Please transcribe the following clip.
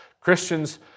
Christians